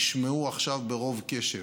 תשמעו עכשיו ברוב קשב: